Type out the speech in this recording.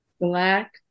Black